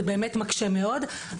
זה מקשה מאוד.